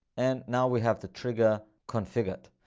and now we have the trigger configured,